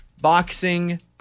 Boxing